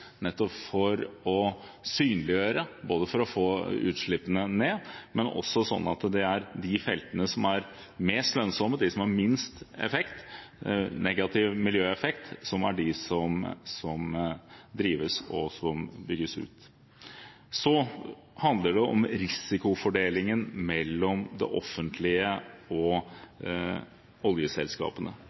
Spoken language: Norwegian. for å synliggjøre og få utslippene ned, og for at de feltene som er mest lønnsomme, de som har minst negativ miljøeffekt, er de som drives og som bygges ut. Det tredje handler om risikofordelingen mellom det offentlige og oljeselskapene.